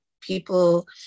people